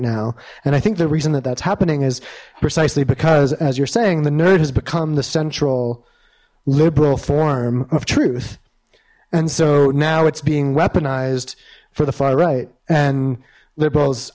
now and i think the reason that that's happening is precisely because as you're saying the nerd has become the central liberal form of truth and so now it's being weaponized for the far right and liberals